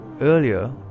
earlier